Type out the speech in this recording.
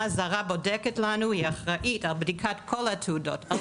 הזרה בודקת לנו והיא אחראית לבדיקת כל התעודות כל